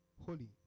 holy